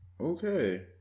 Okay